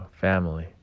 family